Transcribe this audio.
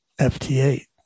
FT8